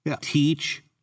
teach